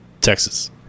Texas